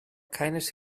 keines